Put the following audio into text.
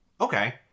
Okay